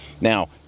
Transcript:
Now